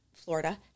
Florida